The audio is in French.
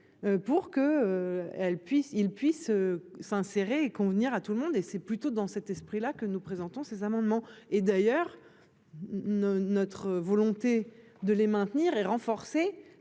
puisse ils puissent. S'insérer convenir à tout le monde et c'est plutôt dans cet esprit-là que nous présentons ces amendements et d'ailleurs. Ne notre volonté de les maintenir et renforcer